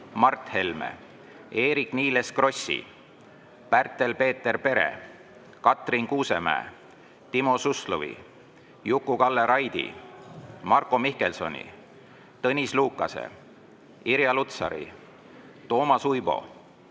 Mart Helme, Eerik-Niiles Krossi, Pärtel-Peeter Pere, Katrin Kuusemäe, Timo Suslovi, Juku-Kalle Raidi, Marko Mihkelsoni, Tõnis Lukase, Irja Lutsari, Toomas Uibo,